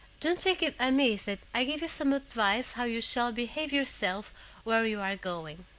don't take it amiss that i give you some advice how you shall behave yourself where you are going.